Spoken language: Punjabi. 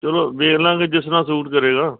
ਚਲੋ ਦੇਖ ਲਾਂਗੇ ਜਿਸ ਤਰ੍ਹਾਂ ਸੂਟ ਕਰੇਗਾ